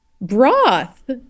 broth